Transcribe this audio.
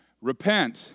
Repent